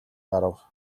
гарав